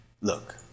Look